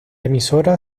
emisora